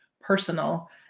personal